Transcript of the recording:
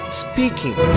speaking